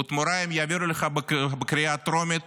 ובתמורה הם יעבירו לך בקריאה הטרומית